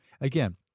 Again